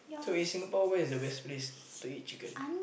so in Singapore where is the best place to eat chicken